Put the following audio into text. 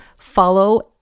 follow